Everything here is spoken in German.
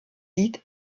lied